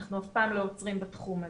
אנחנו אף פעם לא עוצרים בתחום הזה,